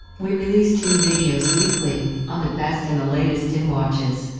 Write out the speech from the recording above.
we release two videos weekly on the best and the latest in watches.